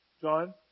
John